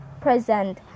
present